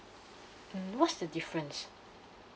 mm what's the difference